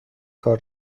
کار